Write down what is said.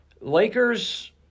Lakers